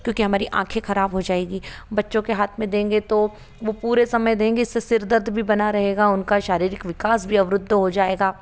क्योंकि हमारी आँखें खराब हो जाएगी बच्चों के हाथ में देंगे तो वो पूरे समय देंगे इससे सिर दर्द भी बना रहेगा उनका शारीरिक विकास भी अवरुद्ध हो जाएगा